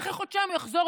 ואחרי חודשיים הוא יחזור